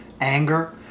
anger